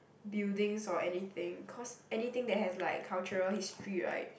buildings or anything cause anything that has like cultural history right